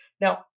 Now